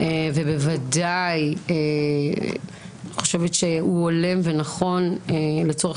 ואני בוודאי חושבת שהוא הולם ונכון לצורך